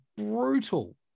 brutal